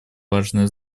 важное